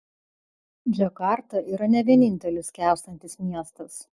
džakarta yra ne vienintelis skęstantis miestas